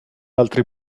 altri